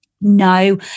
no